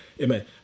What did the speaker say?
Amen